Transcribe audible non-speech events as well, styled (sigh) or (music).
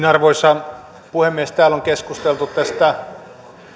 (unintelligible) arvoisa puhemies täällä on keskusteltu tästä